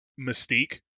mystique